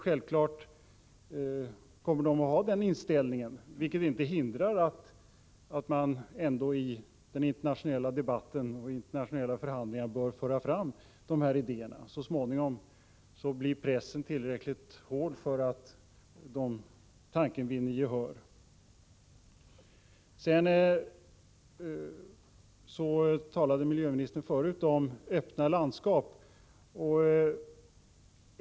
Självklart kommer de att ha den inställningen, vilket inte hindrar att man ändå i den internationella debatten och i internationella förhandlingar bör föra fram de här idéerna. Så småningom bör pressen bli tillräckligt hård för att tanken skall vinna gehör. Miljöministern talade förut om öppna landskap.